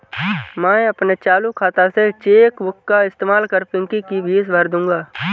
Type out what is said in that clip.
मैं अपने चालू खाता से चेक बुक का इस्तेमाल कर पिंकी की फीस भर दूंगा